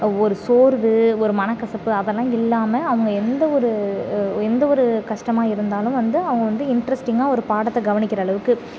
ஒரு சோர்வு ஒரு மனக்கசப்பு அதெல்லாம் இல்லாமல் அவங்க எந்தவொரு எந்தவொரு கஷ்டமாக இருந்தாலும் வந்து அவங்க வந்து இன்ட்ரெஸ்டிங்காக ஒரு பாடத்தை கவனிக்கிற அளவுக்கு